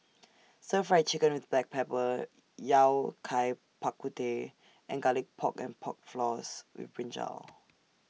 Stir Fried Chicken with Black Pepper Yao Cai Bak Kut Teh and Garlic Pork and Pork Floss with Brinjal